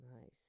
Nice